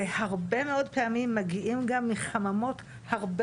והרבה מאוד פעמים מגיעים גם מחממות הרבה